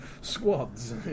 Squads